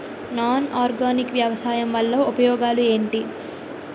Non organic వ్యవసాయం వల్ల ఉపయోగాలు ఏంటీ?